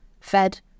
fed